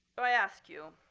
but i ask you,